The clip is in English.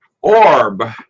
orb